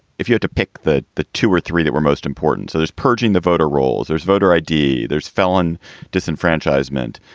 if you are to pick that, the two or three that were most important. so there's purging the voter rolls, there's voter i d, there's felon disenfranchisement,